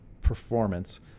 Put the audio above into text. performance